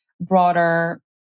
broader